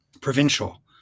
provincial